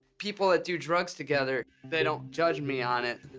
people that do drugs together, they don't judge me on it.